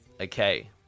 okay